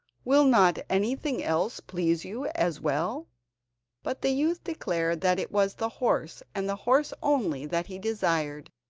will not anything else please you as well but the youth declared that it was the horse, and the horse only, that he desired,